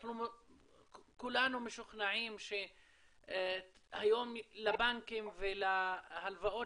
אנחנו כולנו משוכנעים שהיום לבנקים ולהלוואות